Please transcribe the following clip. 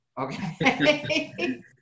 Okay